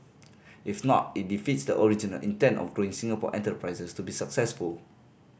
if not it defeats the original intent of growing Singapore enterprises to be successful